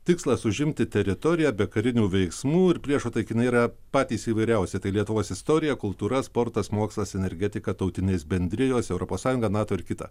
tikslas užimti teritoriją be karinių veiksmų ir priešo taikiniai yra patys įvairiausi tai lietuvos istorija kultūra sportas mokslas energetika tautinės bendrijos europos sąjunga nato ir kita